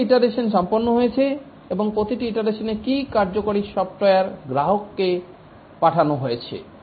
কতগুলি ইটারেশন সম্পন্ন হয়েছে এবং প্রতিটি ইটারেশনে কি কার্যকরী সফ্টওয়্যার গ্রাহককে পাঠানো হয়েছে